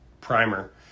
primer